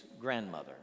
grandmother